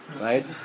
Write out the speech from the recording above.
Right